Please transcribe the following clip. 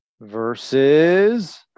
versus